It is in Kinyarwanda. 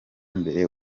mbere